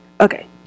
Okay